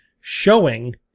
showing